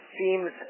seems